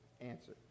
answer